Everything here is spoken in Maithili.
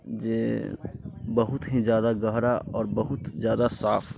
जे बहुत ही जादा गहरा आओर बहुत जादा साफ